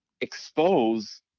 expose